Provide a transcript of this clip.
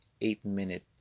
eight-minute